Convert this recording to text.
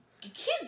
kids